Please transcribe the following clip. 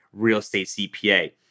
REALESTATECPA